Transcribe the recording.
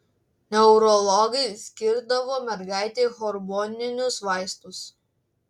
neurologai skirdavo mergaitei hormoninius vaistus